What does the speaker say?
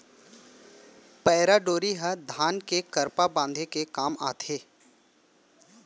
पैरा डोरी ह धान के करपा बांधे के काम आथे